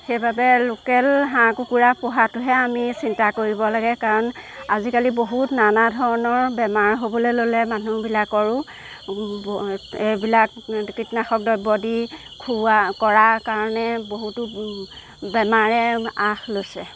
সেইবাবে লোকেল হাঁহ কুকুৰা পোহাটোহে আমি চিন্তা কৰিব লাগে কাৰণ আজিকালি বহুত নানা ধৰণৰ বেমাৰ হ'বলৈ ল'লে মানুহবিলাকৰো এইবিলাক কীটনাশক দ্ৰব্য দি খোওৱা কৰা কাৰণে বহুতো বেমাৰে আহ লৈছে